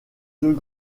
deux